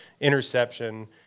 interception